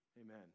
amen